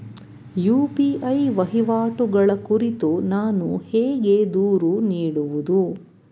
UPI ವಹಿವಾಟುಗಳ ಕುರಿತು ನಾನು ಹೇಗೆ ದೂರು ನೀಡುವುದು?